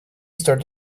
start